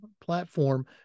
platform